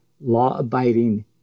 law-abiding